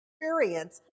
experience